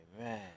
Amen